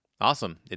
Awesome